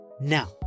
Now